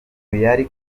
yari